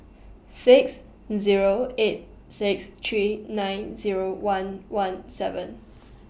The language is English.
six Zero eight six three nine Zero one one seven